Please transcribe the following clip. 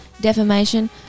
defamation